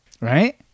Right